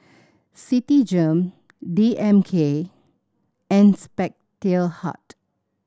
Citigem D M K and Spectacle Hut